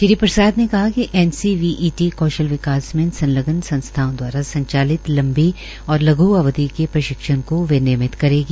श्री प्रसाद ने कहा कि एनसीईटी कौशल विकास में संलग्न संसथाओं द्वारा संचालित लंबी और लघ् अवधि के प्रशिक्षण को विनियमित करेगी